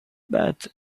but